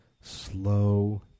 slow